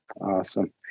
Awesome